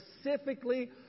specifically